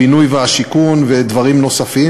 הבינוי והשיכון ודברים נוספים,